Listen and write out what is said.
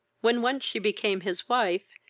when once she became his wife,